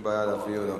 הורדה מסדר-היום.